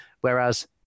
whereas